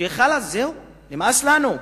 שחלאס, זהו, נמאס לנו,